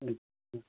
अच्छा